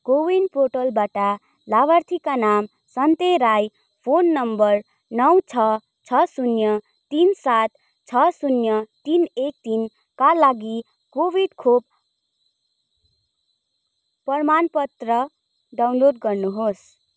को विन पोर्टलबाट लाभार्थीका नाम सन्ते राई फोन नम्बर नौ छ छ शून्य तिन सात छ शून्य तिन एक तिनका लागि कोभिड खोप प्रमाणपत्र डाउनलोड गर्नुहोस्